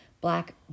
black